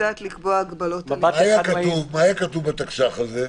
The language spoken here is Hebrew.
מה היה כתוב בתקש"ח על זה?